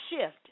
shift